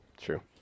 True